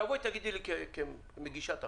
תבואי ותגידי לי כמגישת החוק: